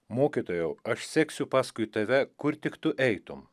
mokytojau aš seksiu paskui tave kur tik tu eitum